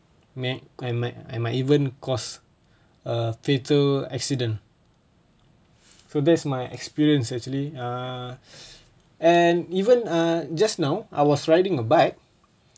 may might I might even cause a fatal accident so that's my experience actually err and even err just now I was riding a bike